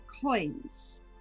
coins